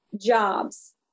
jobs